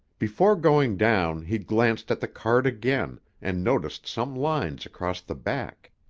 before going down he glanced at the card again and noticed some lines across the back